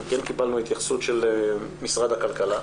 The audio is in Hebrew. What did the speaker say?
כן קיבלנו התייחסות של משרד הכלכלה.